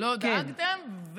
לא דאגתם.